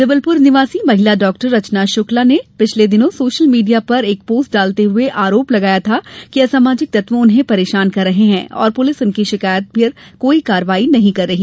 जबलपुर निवासी महिला डॉक्टर रचना शुक्ला ने पिछले दिनों सोशल मीडिया पर एक पोस्ट डालते हुए आरोप लगाया था कि असामाजिक तत्व उन्हें परेशान कर रहे हैं और पुलिस उनकी शिकायत पर कोई कार्यवाही नहीं कर रही